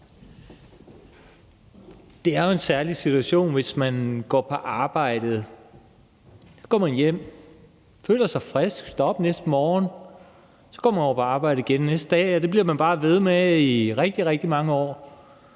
Det er jo en særlig situation, hvis man går på arbejde, går hjem, føler sig frisk, står op næste morgen og går på arbejde næste dag, og det bliver man bare ved med i rigtig, rigtig mange år,